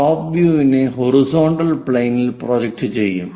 top view ഇനെ horizontal പ്ലെയിൻനിൽ project ചെയ്യും